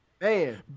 Man